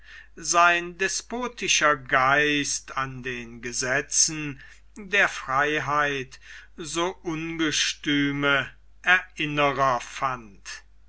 sein despotischer geist an den gesetzen der freiheit so ungestüme erinnerer fand